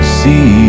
see